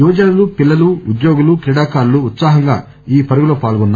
యువజనులు పిల్లలు ఉద్యోగులు క్రీడాకారులు ఉత్పాహంగా ఈ పరుగులో పాల్గొన్నారు